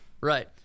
Right